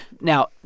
Now